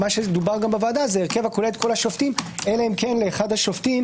מה שדובר בוועדה הרכב הכולל את כל השופטים אלא אם כן לאחד השופטים